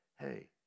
Hey